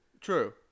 True